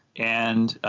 and, ah,